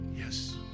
yes